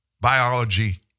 Biology